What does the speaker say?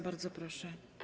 Bardzo proszę.